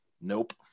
nope